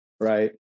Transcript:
Right